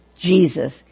Jesus